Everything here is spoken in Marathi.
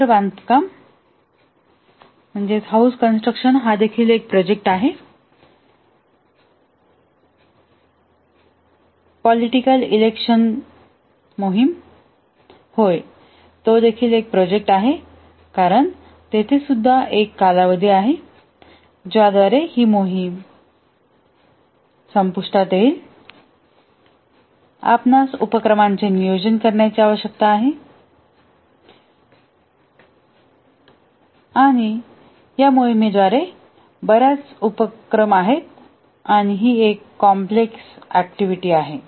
घर बांधकाम हा एक प्रोजेक्ट आहे राजकीय निवडणूक मोहीम होय तो एक प्रोजेक्ट देखील आहे कारण एक कालावधी आहे ज्याद्वारे मोहीम संपुष्टात येईल आपणास उपक्रमांचे नियोजन करण्याची आवश्यकता आहे मोहिमेमध्ये बर्याच उपक्रम आहेत आणि ही एक कॉम्प्लेक्स ऍक्टिव्हिटी आहे